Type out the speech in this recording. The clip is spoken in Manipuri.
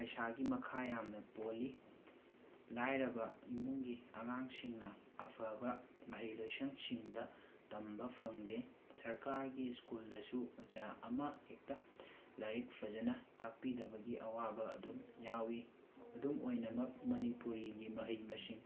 ꯄꯩꯁꯥꯒꯤ ꯃꯈꯥ ꯌꯥꯝꯅ ꯄꯣꯜꯂꯤ ꯂꯥꯏꯔꯕ ꯏꯃꯨꯡꯒꯤ ꯑꯉꯥꯡꯁꯤꯡꯅ ꯑꯐꯕ ꯃꯍꯩ ꯂꯣꯏꯁꯡꯁꯤꯡꯗ ꯇꯝꯕ ꯐꯪꯗꯦ ꯁꯔꯀꯥꯔꯒꯤ ꯁ꯭ꯀꯨꯜꯗꯁꯨ ꯑꯣꯖꯥ ꯑꯃ ꯍꯦꯛꯇ ꯂꯥꯏꯔꯤꯛ ꯐꯖꯅ ꯇꯥꯛꯄꯤꯗꯕꯒꯤ ꯑꯋꯥꯕ ꯑꯗꯨꯝ ꯌꯥꯎꯋꯤ ꯑꯗꯨꯝ ꯑꯣꯏꯅꯃꯛ ꯃꯅꯤꯄꯨꯔꯤꯒꯤ ꯃꯍꯩ ꯃꯁꯤꯡ